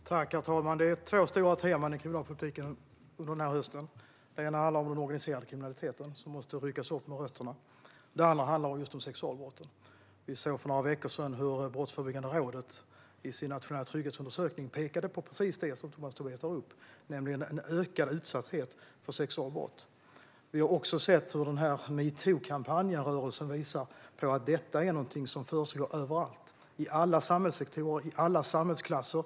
Herr talman! Det finns två stora teman inom kriminalpolitiken under den här hösten. Det ena handlar om den organiserade kriminaliteten, som måste ryckas upp med rötterna. Det andra handlar om sexualbrotten. Vi såg för några veckor sedan att Brottsförebyggande rådet i sin nationella trygghetsundersökning pekade på precis det som Tomas Tobé tar upp, nämligen en ökad utsatthet för sexualbrott. Även metoo-kampanjen och metoo-rörelsen visar att detta är något som försiggår överallt, i alla samhällssektorer och i alla samhällsklasser.